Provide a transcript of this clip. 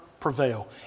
prevail